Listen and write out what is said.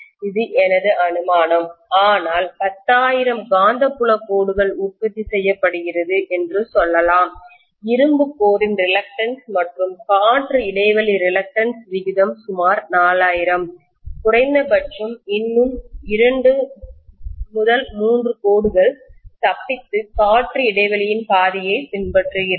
இது எனது அனுமானம் ஆனால் 10000 காந்தப்புலக் கோடுகள் உற்பத்தி செய்யப்படுகிறது என்று சொல்லலாம் இரும்பு கோரின் ரிலக்டன்ஸ் மற்றும் காற்று இடைவெளி ரிலக்டன்ஸ் விகிதம் சுமார் 4000 குறைந்தபட்சம் இன்னும் 2 3 கோடுகள் தப்பித்து காற்று இடைவெளியின் பாதையைப் பின்பற்றுகிறது